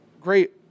Great